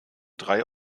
drei